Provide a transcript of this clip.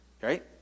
Right